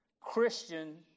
Christian